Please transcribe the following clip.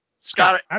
Scott